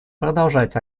продолжать